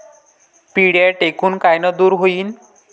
पिढ्या ढेकूण कायनं दूर होईन?